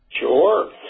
Sure